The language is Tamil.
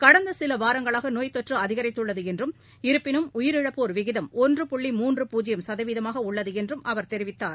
கடந்தசிலவாரங்களாகநோய்த்தொற்றுஅதிகரித்துள்ளதுஎன்றும் இருப்பினும் உயிரிழப்போர் விகிதம் ஒன்று புள்ளி மூன்று பூஜ்யம் சதவீதமாகஉள்ளதுஎன்றும் அவர் தெரிவித்தார்